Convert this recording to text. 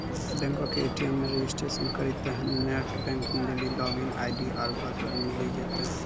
बैंको के ए.टी.एम मे रजिस्ट्रेशन करितेंह नेट बैंकिग लेली लागिन आई.डी आरु पासवर्ड मिली जैतै